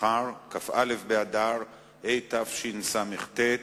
כ"א באדר התשס"ט,